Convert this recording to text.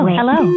hello